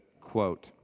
quote